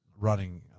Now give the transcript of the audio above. running